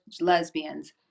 lesbians